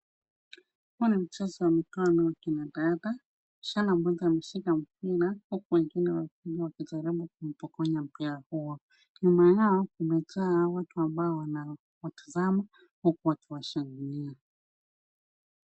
Huu ni mchezo wa mchuano wa akina dada. Msichana mmoja ameshika mpira, huku wengine wawili wakijaribu kumpokonya mpira huo. Nyuma yao kumejaa watu ambao wanawatazama huku wakiwashangilia.